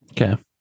Okay